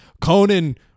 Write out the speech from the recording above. Conan